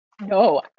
no